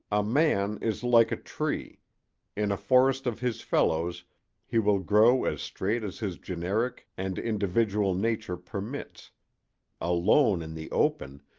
a man is like a tree in a forest of his fellows he will grow as straight as his generic and individual nature permits alone in the open,